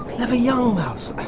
clever young mouse.